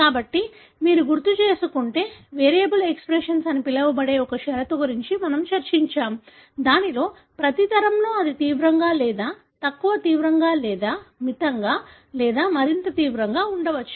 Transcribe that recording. కాబట్టి మీరు గుర్తుచేసుకుంటే వేరియబుల్ ఎక్స్ప్రెషన్ అని పిలువబడే ఒక షరతు గురించి మేము చర్చించాము దీనిలో ప్రతి తరంలో అది తీవ్రంగా లేదా తక్కువ తీవ్రంగా లేదా మితంగా లేదా మరింత తీవ్రంగా ఉండవచ్చు